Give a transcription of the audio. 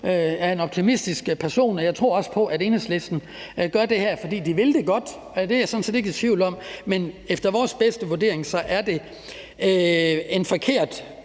er en optimistisk person, og at jeg også tror på, at Enhedslisten gør det her, fordi de vil det gode. Det er jeg sådan set ikke i tvivl om. Men efter vores bedste vurdering er det en forkert